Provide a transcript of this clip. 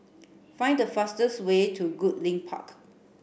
find the fastest way to Goodlink Park